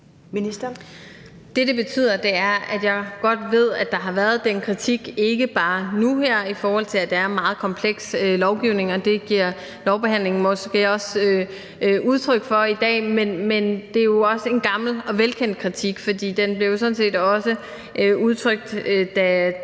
det betyder, er, at jeg godt ved, at der har været den kritik, ikke bare nu her i forhold til at det er meget kompleks lovgivning, hvilket lovbehandlingen i dag måske også er et udtryk for. Men det er jo også en gammel og velkendt kritik, for den blev sådan set også udtrykt, da